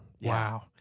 Wow